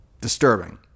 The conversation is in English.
disturbing